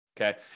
okay